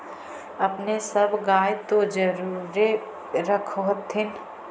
अपने सब गाय तो जरुरे रख होत्थिन?